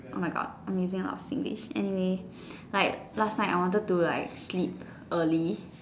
oh my God I'm using a lot of Singlish anyway like last night I wanted to like sleep early